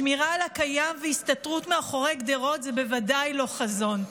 שמירה על הקיים והסתתרות מאחורי גדרות זה בוודאי לא חזון,